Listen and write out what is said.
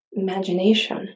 imagination